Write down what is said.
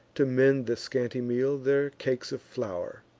to mend the scanty meal, their cakes of flour.